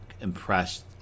impressed